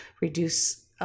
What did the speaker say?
reduce